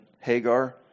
Hagar